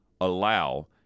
allow